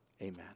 amen